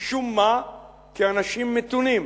משום מה, כאנשים מתונים.